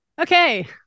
Okay